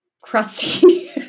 crusty